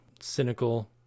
cynical